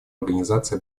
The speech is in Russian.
организации